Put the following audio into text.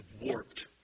warped